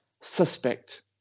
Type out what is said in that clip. suspect